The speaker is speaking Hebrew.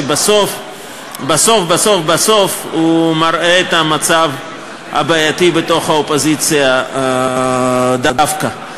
שבסוף בסוף בסוף מראה את המצב הבעייתי בתוך האופוזיציה דווקא.